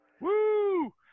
woo